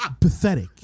pathetic